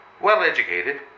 well-educated